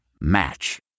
Match